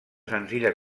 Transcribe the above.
senzilla